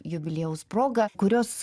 jubiliejaus proga kurios